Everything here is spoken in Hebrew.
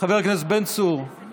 חבר הכנסת בן צור,